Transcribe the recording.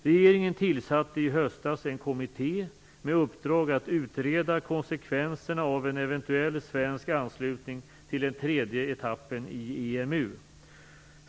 Regeringen tillsatte i höstas en kommitté med uppdrag att utreda konsekvenserna av en eventuell svensk anslutning till den tredje etappen i EMU.